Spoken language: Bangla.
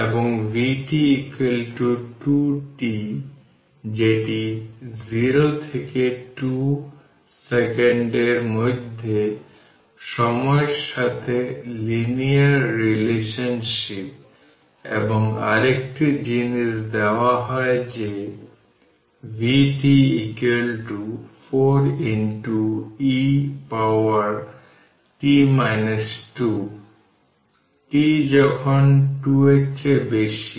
এবং vt 2 t যেটি 0 থেকে 2 সেকেন্ডের মধ্যে সময়ের সাথে লিনিয়ার রিলেশনশিপ এবং আরেকটি জিনিস দেওয়া হয় যে vt 4 e power t 2 t যখন 2 এর চেয়ে বেশি